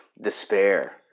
despair